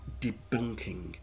debunking